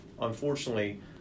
unfortunately